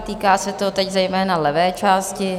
Týká se to teď zejména levé části.